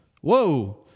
Whoa